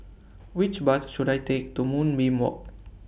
Which Bus should I Take to Moonbeam Walk